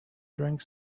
drank